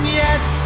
yes